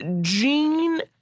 jean